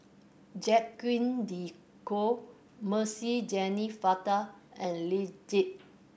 Jacques De Coutre Mercy Jennefather and Lee Tjin